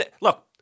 Look